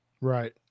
Right